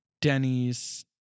Denny's